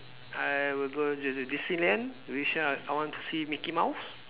I will go to the Disneyland which I I want to see mickey mouse